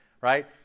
right